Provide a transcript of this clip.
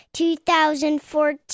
2014